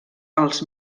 als